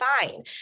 fine